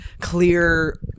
clear